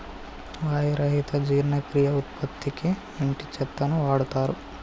వాయి రహిత జీర్ణక్రియ ఉత్పత్తికి ఇంటి చెత్తను వాడుతారు